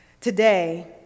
Today